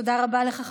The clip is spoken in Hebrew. תודה רבה לך,